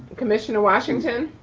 commissioner washington.